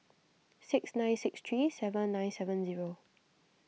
six nine six three seven nine seven zero